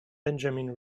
benjamin